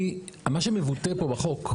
מה שמבוטא פה בחוק,